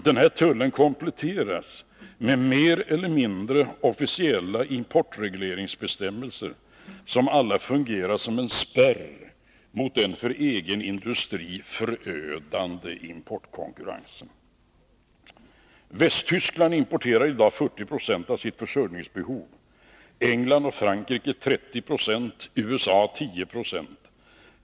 Den här tullen kompletteras med mer eller mindre officiella importregleringsbestämmelser, som alla fungerar som en spärr mot den för den egna industrin förödande importkonkurrensen. Västtyskland importerar i dag 40 96 av sitt försörjningsbehov, England och Frankrike 30 26 och USA 10 26.